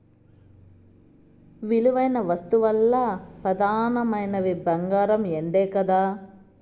విలువైన వస్తువుల్ల పెదానమైనవి బంగారు, ఎండే కదా